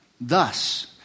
Thus